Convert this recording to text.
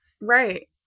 Right